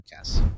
podcasts